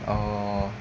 orh